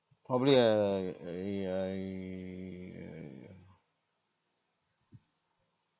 probably err I err